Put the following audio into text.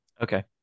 okay